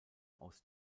aus